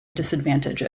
disadvantage